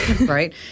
right